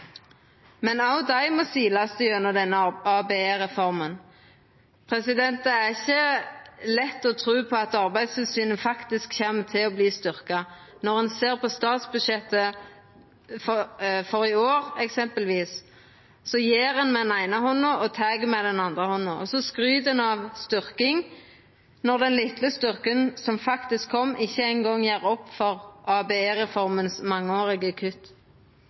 Men òg dei må silast gjennom denne ABE-reforma. Det er ikkje lett å tru på at Arbeidstilsynet faktisk kjem til å verta styrkt. Når ein ser på statsbudsjettet for i år, eksempelvis, ser ein at ein gjev med den eine handa – og tek med den andre handa. Og så skryter ein av styrking, når den litle styrkinga som faktisk kom, ikkje eingong gjer opp for